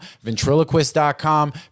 Ventriloquist.com